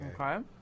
Okay